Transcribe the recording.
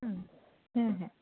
হুম হ্যাঁ হ্যাঁ